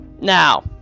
Now